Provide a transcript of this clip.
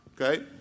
Okay